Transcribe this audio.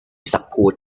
support